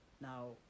Now